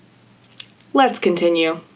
let's continue.